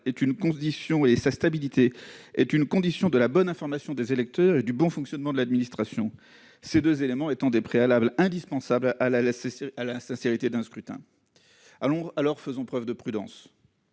du droit électoral est une condition de la bonne information des électeurs et du bon fonctionnement de l'administration, ces deux éléments étant des préalables indispensables à la sincérité d'un scrutin. Aussi, faisons preuve de prudence,